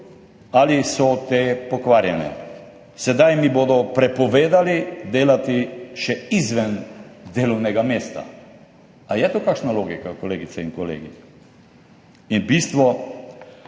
ali so te pokvarjene. Sedaj mi bodo prepovedali delati še izven delovnega mesta.« Ali je to kakšna logika, kolegice in kolegi? Bistvo,